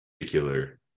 particular